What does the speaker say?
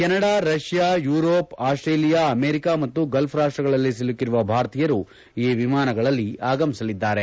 Canada Russia Europe Australia America ಮತ್ತು Gulf ರಾಷ್ಟ್ಗಳಲ್ಲಿ ಸಿಲುಕಿರುವ ಭಾರತೀಯರು ಈ ವಿಮಾನಗಳಲ್ಲಿ ಆಗಮಿಸಲಿದ್ದಾರೆ